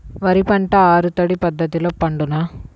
వరి పంట ఆరు తడి పద్ధతిలో పండునా?